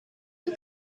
you